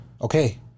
Okay